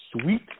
sweet